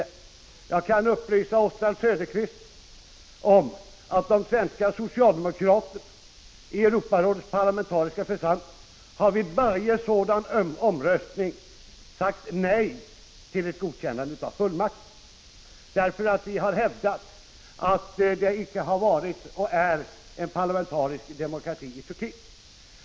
Och jag kan upplysa Oswald Söderqvist om att de svenska socialdemokraterna i Europarådets parlamentariska församling vid varje sådan omröstning sagt nej till ett godkännande av fullmakterna. Vi har nämligen hävdat att det inte har varit och inte är någon parlamentarisk demokrati i Turkiet.